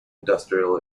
industrial